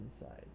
inside